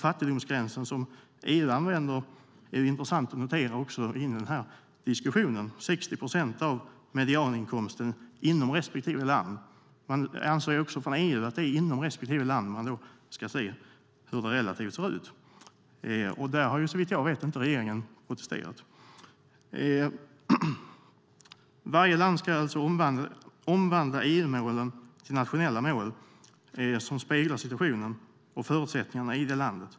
Fattigdomsgränsen som EU använder är också intressant att notera i denna diskussion. Den är 60 procent av medianinkomsten inom respektive land. EU anser att det är inom respektive land man ska se hur det relativt ser ut. Där har såvitt jag vet regeringen inte protesterat. Varje land ska alltså omvandla EU-målen till nationella mål som speglar situationen och förutsättningarna i landet.